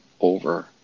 over